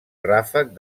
ràfec